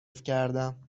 کردم